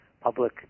public